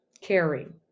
caring